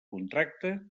contracte